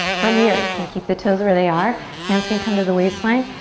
from here you can keep the toes where they are hands can come to the waistline.